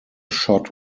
shot